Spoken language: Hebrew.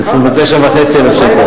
29,500 שקל.